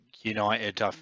United